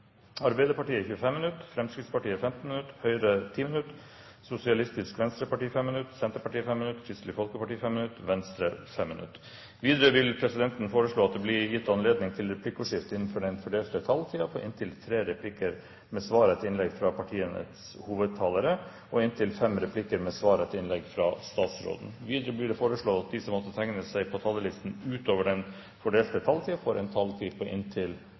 Arbeiderpartiet 25 minutter, Fremskrittspartiet 15 minutter, Høyre 10 minutter, Sosialistisk Venstreparti 5 minutter, Senterpartiet 5 minutter, Kristelig Folkeparti 5 minutter og Venstre 5 minutter. Videre vil presidenten foreslå at det blir gitt anledning til replikkordskifte på inntil fem replikker med svar etter innlegget fra statsråden innenfor den fordelte taletid. Videre blir det foreslått at de som måtte tegne seg på talerlisten utover den fordelte taletid, får en taletid på inntil